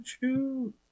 choo